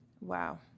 Wow